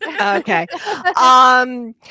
Okay